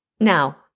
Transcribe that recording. Now